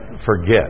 forget